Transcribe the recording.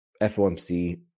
FOMC